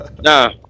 Nah